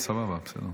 אבל סבבה, בסדר.